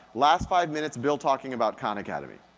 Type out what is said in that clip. last five minutes bill talking about khan academy.